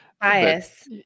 bias